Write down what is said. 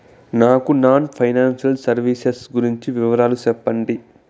నాకు non financial services గురించి వివరాలు సెప్పండి?